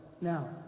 Now